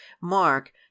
mark